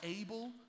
able